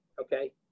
Okay